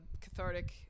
cathartic